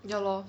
ya lor